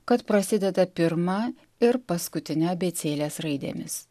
kad prasideda pirmą ir paskutine abėcėlės raidėmis